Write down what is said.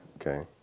okay